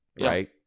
right